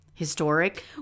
historic